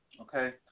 okay